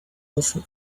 often